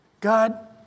God